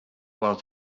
while